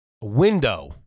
window